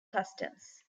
customs